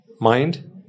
mind